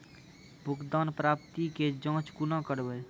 भुगतान प्राप्ति के जाँच कूना करवै?